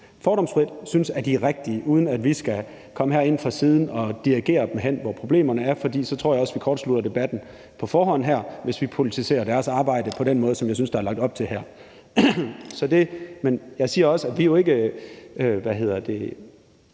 fordomsfrit synes er de rigtige, uden at vi skal komme ind fra siden og dirigere dem hen, hvor problemerne er; for jeg tror, at vi kortslutter debatten her på forhånd, hvis vi politiserer deres arbejde på den måde, som jeg synes der er lagt op til her. Jeg siger også, at vi jo ikke har sådan en